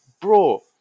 bro